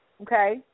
Okay